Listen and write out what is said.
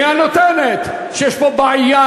היא הנותנת שיש פה בעיה,